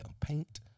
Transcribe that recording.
Paint